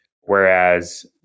Whereas